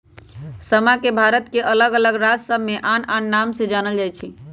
समा के भारत के अल्लग अल्लग राज सभमें आन आन नाम से जानल जाइ छइ